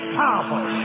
powerful